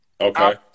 Okay